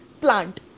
plant